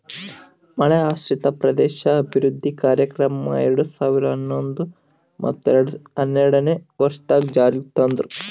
ಮಳೆಯಾಶ್ರಿತ ಪ್ರದೇಶ ಅಭಿವೃದ್ಧಿ ಕಾರ್ಯಕ್ರಮ ಎರಡು ಸಾವಿರ ಹನ್ನೊಂದು ಮತ್ತ ಹನ್ನೆರಡನೇ ವರ್ಷದಾಗ್ ಜಾರಿಗ್ ತಂದ್ರು